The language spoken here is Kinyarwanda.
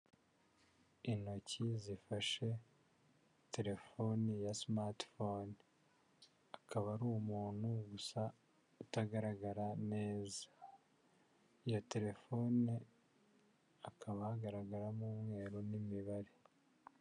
Intoki zifashe telefoni ya simati pfone, akaba ari umuntu gusa utagaragara neza, iyo telefone hakaba hagaragaramo umweru n'imibare.